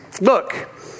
Look